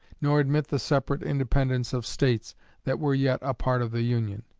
nor admit the separate independence of states that were yet a part of the union.